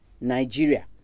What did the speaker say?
nigeria